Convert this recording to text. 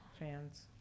fans